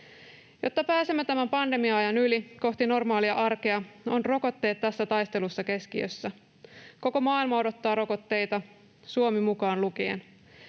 Jotta pääsemme tämän pandemia-ajan yli kohti normaalia arkea, ovat rokotteet tässä taistelussa keskiössä. Koko maailma odottaa rokotteita Suomi mukaan lukien.